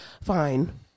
Fine